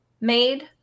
made